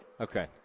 Okay